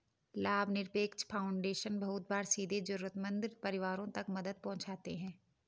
लाभनिरपेक्ष फाउन्डेशन बहुत बार सीधे जरूरतमन्द परिवारों तक मदद पहुंचाते हैं